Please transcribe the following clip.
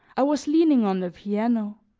i was leaning on the piano,